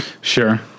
sure